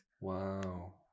wow